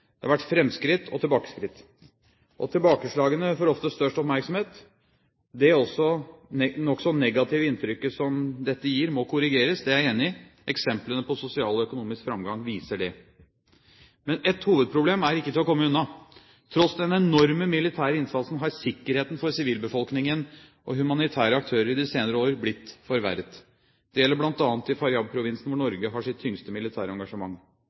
har vært fremskritt og tilbakeskritt.» Og tilbakeslagene får ofte størst oppmerksomhet. Det nokså negative inntrykket som dette gir, må korrigeres. Det er jeg enig i. Eksemplene på sosial og økonomisk framgang viser det. Men ett hovedproblem er ikke til å komme unna. Tross den enorme militære innsatsen har sikkerheten for sivilbefolkningen og humanitære aktører i senere år blitt forverret. Det gjelder bl.a. i Faryab-provinsen, hvor Norge har sitt tyngste militære engasjement.